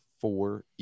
four